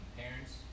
parents